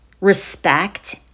respect